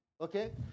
Okay